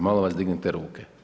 Molim vas dignite ruke.